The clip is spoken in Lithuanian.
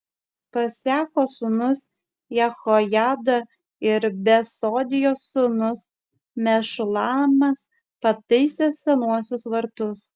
paseacho sūnus jehojada ir besodijos sūnus mešulamas pataisė senuosius vartus